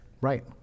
Right